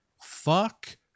fuck